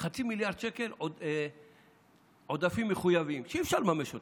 חצי מיליארד שקל עודפים מחויבים שאי-אפשר לממש אותם.